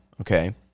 okay